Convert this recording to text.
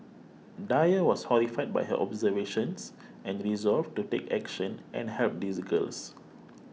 Dyer was horrified by her observations and resolved to take action and help these girls